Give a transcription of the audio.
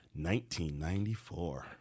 1994